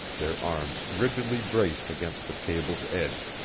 their arms rigidly braced against the table's edge,